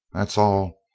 that's all.